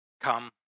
come